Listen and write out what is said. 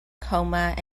coma